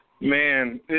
Man